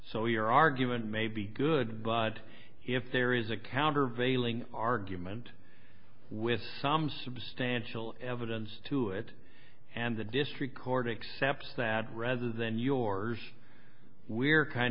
so your argument may be good but if there is a countervailing argument with some substantial evidence to it and the district court accept that rather than yours we're kind